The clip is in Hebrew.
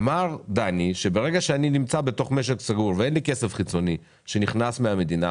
אמר דני שברגע שהוא נמצא במשק סגור ואין לו כסף חיצוני שנכנס מהמדינה,